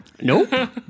Nope